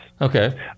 Okay